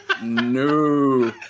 No